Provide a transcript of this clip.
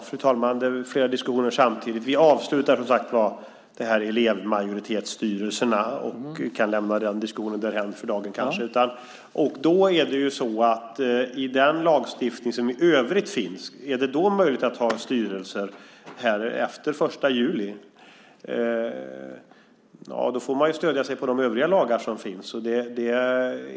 Fru talman! Det är flera diskussioner samtidigt. Vi avslutar, som sagt var, det här med elevmajoritetsstyrelserna, och vi kan kanske lämna den diskussionen därhän för dagen. Är det då möjligt, i och med den lagstiftning som i övrigt finns, att ha styrelser efter den 1 juli? Ja, då får man ju stödja sig på de övriga lagar som finns.